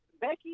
Becky